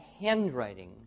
handwriting